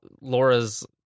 Laura's